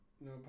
No